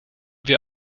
wir